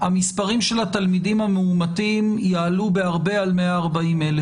המספרים של התלמידים המאומתים יעלו בהרבה על 140,000,